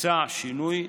ביצע שינוי,